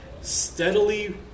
steadily